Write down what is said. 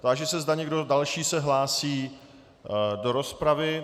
Táži se, zda někdo další se hlásí do rozpravy.